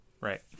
Right